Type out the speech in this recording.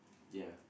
ya